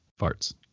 farts